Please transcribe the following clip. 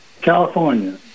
California